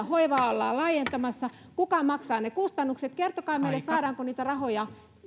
hoivaa ollaan laajentamassa kuka maksaa ne kustannukset kertokaa meille saadaanko niitä rahoja